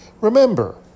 Remember